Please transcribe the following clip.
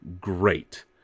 great